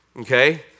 Okay